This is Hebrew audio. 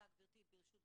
ברשות גבירתי,